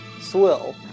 swill